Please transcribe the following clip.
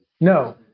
No